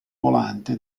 volante